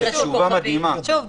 שוב,